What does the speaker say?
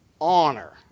honor